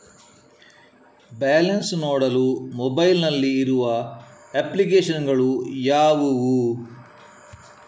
Balance ನೋಡಲು mobile ನಲ್ಲಿ ಇರುವ ಅಪ್ಲಿಕೇಶನ್ ಗಳು ಯಾವುವು?